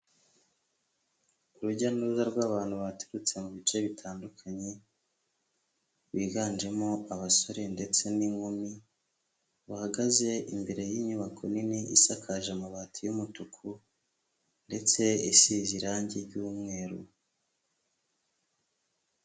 Urujya n'uruza rw'abantu baturutse mu bice bitandukanye, biganjemo abasore ndetse n'inkumi, bahagaze imbere y'inyubako nini isakaje amabati y'umutuku ndetse isize irangi ry'umweru.